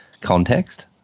context